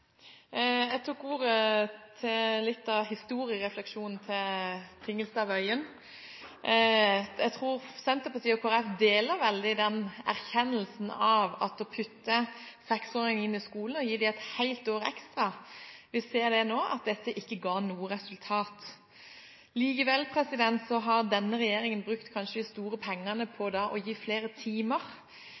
Jeg tok ordet til litt av historierefleksjonen til Tingelstad Wøien. Jeg tror Senterpartiet og Kristelig Folkeparti deler erkjennelsen av at det å putte seksåringer inn i skolen og gi dem et helt år ekstra, ikke har gitt noen resultater. Likevel har denne regjeringen brukt kanskje de store pengene på å gi flere timer.